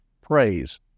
praise